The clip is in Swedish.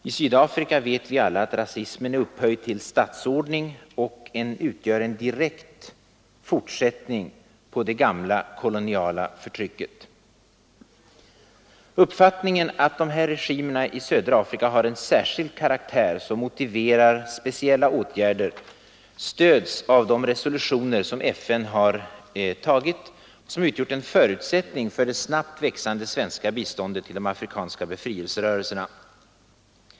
Vi vet alla att i Sydafrika är rasismen upphöjd till statsordning och utgör en direkt fortsättning på det gamla koloniala förtrycket. Uppfattningen att de här regimerna i södra Afrika har en särskild karaktär som motiverar speciella åtgärder stöds av de resolutioner FN tagit och som utgjort en förutsättning för det snabbt växande svenska biståndet till de afrikanska befrielserörelserna.